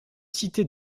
cités